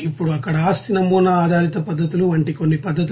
ఇప్పుడు అక్కడ ఆస్తి నమూనా ఆధారిత పద్ధతులు వంటి కొన్ని పద్ధతులు